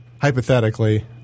hypothetically